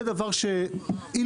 זה דבר שהוא אילוץ,